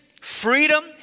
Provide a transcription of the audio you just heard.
freedom